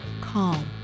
calm